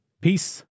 Peace